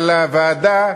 אבל הוועדה,